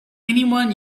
anyone